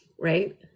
right